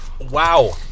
Wow